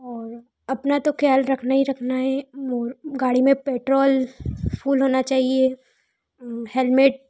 और अपना तो ख्याल रखना ही रखना है और गाड़ी में पेट्रोल फ़ूल होना चाहिए हेलमेट